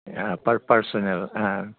personal